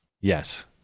Yes